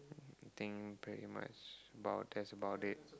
I think pretty much about that's about it